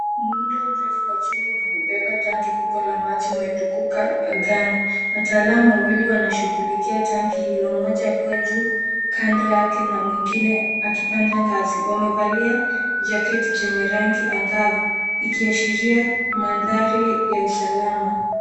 Muundo mrefu wa chuma unaubeba tanki kubwa la maji unaotukuka angani . Wataalamu wawili wanashughulikia tanki hilo mmoja akiwa juu kando yake na mwingine akipanda ngazi ,wamevalia jaketi zenye rangi angavu ikiashiria mandhari ya usalama.